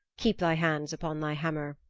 keep thy hands upon thy hammer.